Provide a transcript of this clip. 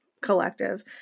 collective